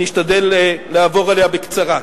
אני אשתדל לעבור עליה בקצרה.